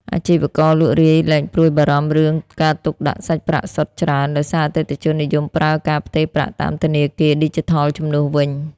អាជីវករលក់រាយលែងព្រួយបារម្ភរឿងការទុកដាក់សាច់ប្រាក់សុទ្ធច្រើន ដោយសារអតិថិជននិយមប្រើការផ្ទេរប្រាក់តាមធនាគារឌីជីថលជំនួសវិញ។